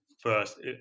first